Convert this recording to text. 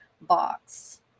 box